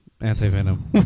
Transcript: anti-venom